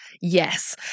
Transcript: Yes